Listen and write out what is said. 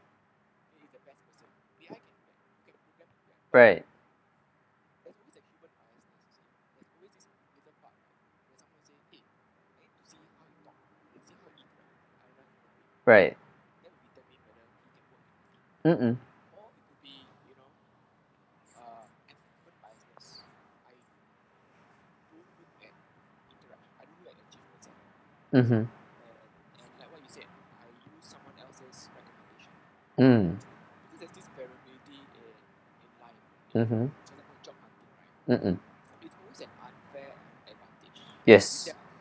right right um mm mmhmm mm mmhmm um mm yes